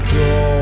go